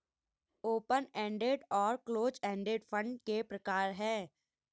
open ended और close ended fund के प्रकार हैं